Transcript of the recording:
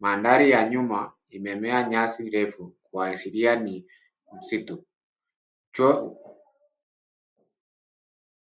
Maandhari ya nyuma imemea nyasi ndefu kuashiria ni msitu.